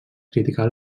criticar